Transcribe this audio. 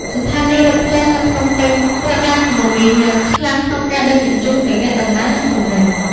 ស្ថានីយរថភ្លើងនៅភ្នំពេញត្រូវបានមមាញឹកខ្លាំងក្នុងការដឹកជញ្ជូនទាំងអ្នកដំណើរ និងទំនិញ។